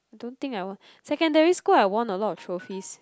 don't think I won secondary school I won a lot of trophies